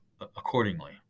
accordingly